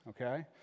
okay